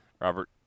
Robert